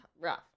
rough